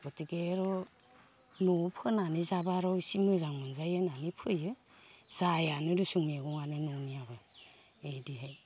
गतिके र' न'आव फोनानै जाब्ला आर' एसे मोजां मोनजायो होननानै फोयो जायानो देसं मैगङानो न'नियाबो इदि